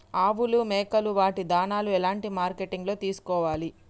ఆవులు మేకలు వాటి దాణాలు ఎలాంటి మార్కెటింగ్ లో తీసుకోవాలి?